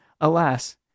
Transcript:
alas